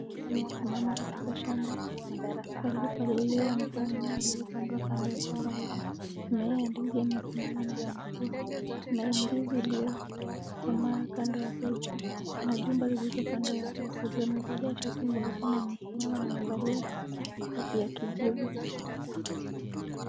...amesimama katika shamba palipopaliliwa na kuna mimea iliyopandwa kando ya shamba hilo. Mimea ya ndizi yamesimama na yamekuwa, kuna ndizi iliyokomaa kando ya hapo juu, kuna jumba lililo kando yake ya hapo juu, amevalia shati nyeusi na amesimama na amevalia sketi ya kijivu.